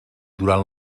durant